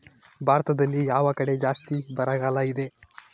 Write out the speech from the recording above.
ಭಾರತದಲ್ಲಿ ಯಾವ ಕಡೆ ಜಾಸ್ತಿ ಬರಗಾಲ ಇದೆ?